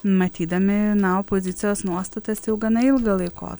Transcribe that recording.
matydami na opozicijos nuostatas jau gana ilgą laiko